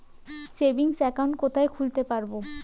Savings account কোথায় খুলতে পারব?